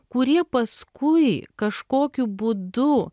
kurie paskui kažkokiu būdu